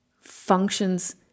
functions